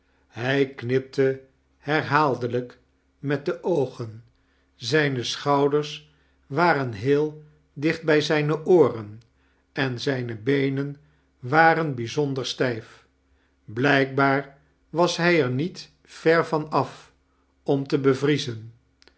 hij knipte lierhaaldelijk met de oogen zijne schouders waren heel dicbt bij zijne ooren en zijne beenen waretn bijzonder stijf blijkbaar was hij er niet ver van af om te bevriezen